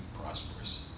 prosperous